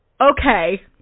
okay